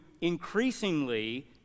increasingly